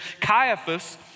Caiaphas